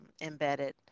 embedded